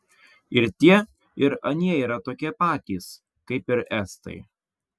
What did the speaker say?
ir tie ir anie yra tokie patys kaip ir estai